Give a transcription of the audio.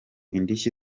indishyi